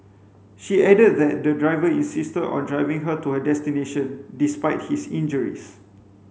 she added that the driver insisted on driving her to her destination despite his injuries